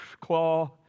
claw